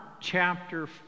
chapter